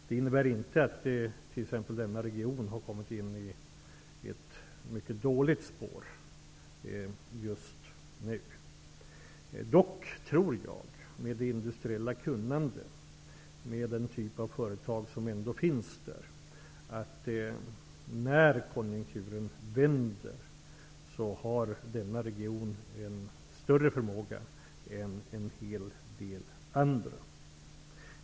Det innebär inte att t.ex. den här regionen är inne på ett mycket dåligt spår just nu. Dock tror jag att den aktuella regionen, med det industriella kunnande och med den typ av företag som ändå finns där, har en bättre förmåga när konjunkturen vänder än vad en hel del andra regioner har.